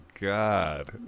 God